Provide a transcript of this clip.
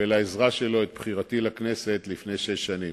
ולעזרה שלו, את בחירתי לכנסת לפני שש שנים.